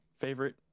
favorite